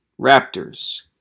Raptors